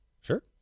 Sure